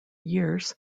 years